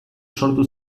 sortu